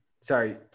Sorry